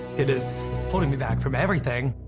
it is holding me back from everything.